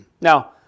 Now